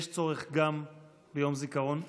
יש צורך גם ביום זיכרון בין-לאומי,